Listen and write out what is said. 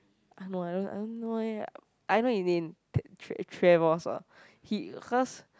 I don't know ah I don't I don't know eh I know he didn't ah he cause